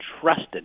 trusted